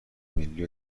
ملی